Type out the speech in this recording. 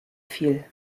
viel